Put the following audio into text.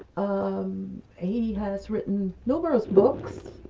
um ah he has written numerous books,